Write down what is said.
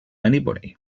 anybody